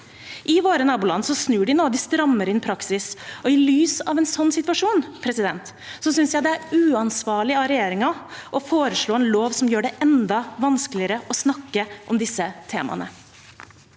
I våre naboland snur de nå. De strammer inn praksis, og i lys av en sånn situasjon synes jeg det er uansvarlig av regjeringen å foreslå en lov som gjør det enda vanskeligere å snakke om disse temaene.